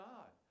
God